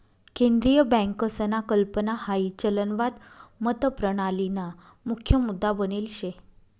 केंद्रीय बँकसना कल्पना हाई चलनवाद मतप्रणालीना मुख्य मुद्दा बनेल शे